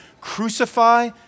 crucify